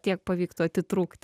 tiek pavyktų atitrūkt